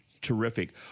Terrific